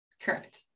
Correct